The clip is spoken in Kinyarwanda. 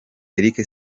eric